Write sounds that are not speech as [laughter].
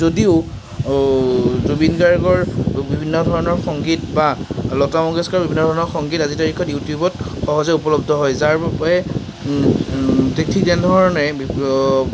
যদিও জুবিন গাৰ্গৰ বিভিন্ন ধৰণৰ সংগীত বা লতা মংগেশকাৰৰ বিভিন্ন ধৰণৰ সংগীত আজিৰ তাৰিখত ইউটিউবত সহজে উপলব্ধ হয় যাৰ বাবে ঠিক তেনে ধৰণেই [unintelligible] অন্য